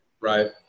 Right